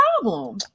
problem